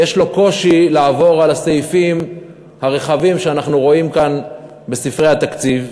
יש לו קושי לעבור על הסעיפים הרבים שאנחנו רואים כאן בספרי התקציב.